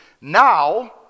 Now